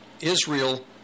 Israel